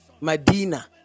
Medina